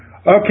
Okay